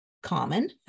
Common